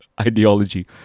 ideology